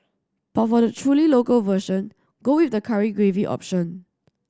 but for the truly local version go with the curry gravy option